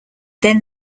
then